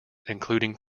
including